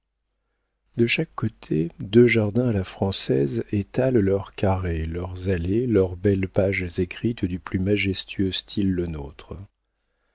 de chaque côté deux jardins à la française étalent leurs carrés leurs allées leurs belles pages écrites du plus majestueux style lenôtre